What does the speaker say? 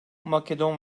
makedon